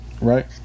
right